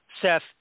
Seth